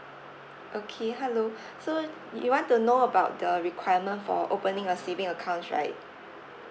okay hello so y~ you want to know about the requirement for opening a saving accounts right